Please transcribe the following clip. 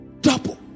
double